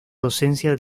docencia